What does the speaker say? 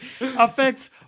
affects